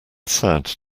sad